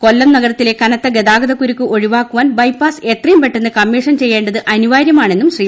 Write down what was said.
കൊല്ലം നഗരത്തിലെ കനത്ത ഗതാഗതക്കുരുക്ക് ഒഴിവാക്കുവാൻ ബൈപ്പാസ് എത്രയും പെട്ടെന്ന് കമ്മീഷൻ ചെയ്യേണ്ടത് അനിവാര്യമാണെന്നും ശ്രീ